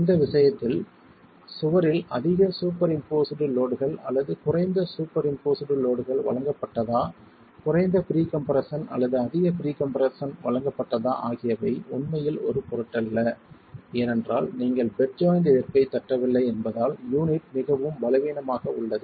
இந்த விஷயத்தில் சுவரில் அதிக சூப்பர் இம்போஸ்ட் லோட்கள் அல்லது குறைந்த சூப்பர் இம்போஸ்ட் லோட்கள் வழங்கப்பட்டதா குறைந்த ப்ரீகம்ப்ரஷன் அல்லது அதிக ப்ரீகம்ப்ரஷன் வழங்கப்பட்டதா ஆகியவை உண்மையில் ஒரு பொருட்டல்ல ஏனென்றால் நீங்கள் பெட் ஜாய்ண்ட் எதிர்ப்பைத் தட்டவில்லை என்பதால் யூனிட் மிகவும் பலவீனமாக உள்ளது